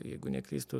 jeigu neklystu